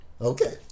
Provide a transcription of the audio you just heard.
Okay